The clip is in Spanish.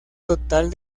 total